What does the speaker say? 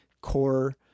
core